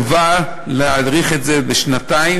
סירבה להאריך את זה בשנתיים,